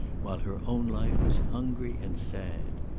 while her own life was hungry and sad.